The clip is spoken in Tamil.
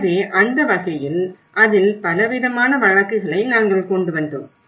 எனவே அந்த வகையில் அதில் பலவிதமான வழக்குகளை நாங்கள் கொண்டு வந்தோம்